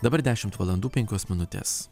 dabar dešimt valandų penkios minutės